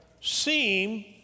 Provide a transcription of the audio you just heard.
seem